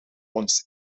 ons